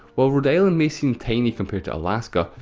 while rhode island may seem tiny compared to alaska,